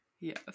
Yes